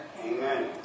Amen